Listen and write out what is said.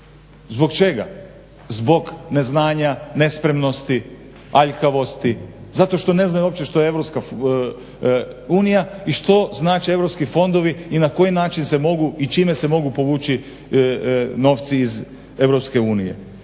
Zbog čega? Zbog neznanja, nespremnosti, aljkavosti, zato što ne znaju uopće što je EU i što znači europski fondovi i na koji način se mogu i čime se mogu povući novci iz EU.